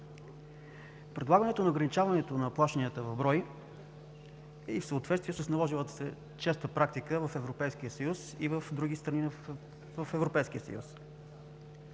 Предлагането на ограничаването на плащанията в брой е и в съответствие с наложилата се честа практика в Европейския съюз. Мярката ще доведе и до